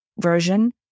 version